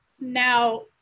now